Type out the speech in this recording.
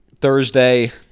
Thursday